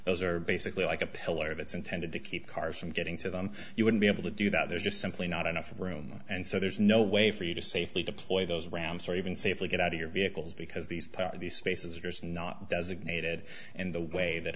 those are basically like a pillar of it's intended to keep cars from getting to them you wouldn't be able to do that there's just simply not enough room and so there's no way for you to safely deploy those rams or even safely get out of your vehicles because these part of these spaces are not designated in the way that